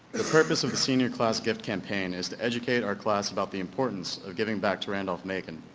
the purpose of senior class gift campaign is to educate our class about the importance of giving back to randolph-macon.